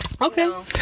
Okay